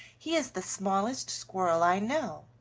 he is the smallest squirrel i know.